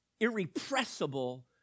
irrepressible